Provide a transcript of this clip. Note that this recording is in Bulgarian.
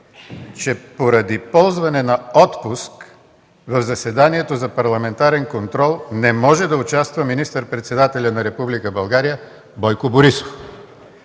че поради ползване на отпуск в заседанието за парламентарен контрол не може да участва министър-председателят на Република България Бойко Борисов.